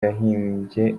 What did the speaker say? yahimbye